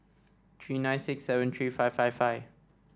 three nine six seven three five five five